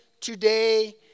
today